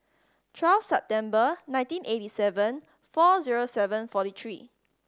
twelve September nineteen eighty seven four zero seven forty three